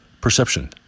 perception